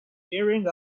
tearing